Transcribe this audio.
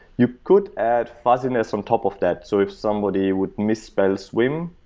you could add fuzziness on top of that. so if somebody would misspell swim,